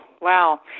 wow